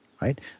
right